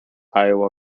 iowa